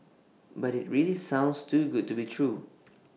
but IT really sounds too good to be true